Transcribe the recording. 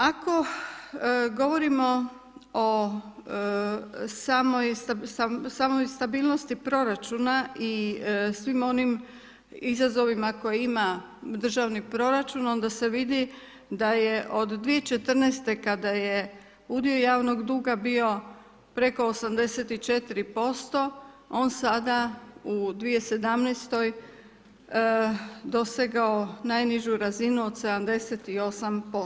Ako govorimo o samoj stabilnosti proračuna i svim onim izazovima, koje ima državni proračun, onda se vidi, da je od 2014. kada je udio javnog duga bio preko 84% on sada u 2017. dosegao najnižu razinu od 78%